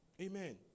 Amen